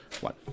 one